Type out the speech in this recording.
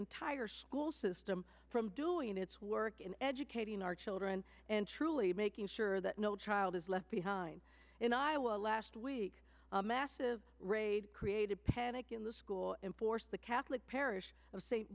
entire school system from doing its work in educating our children and truly making sure that no child is left behind in iowa last week a massive raid created panic in the school and force the catholic parish of st